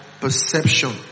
perception